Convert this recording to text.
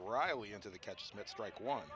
riley into the catch smith strike on